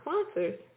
sponsors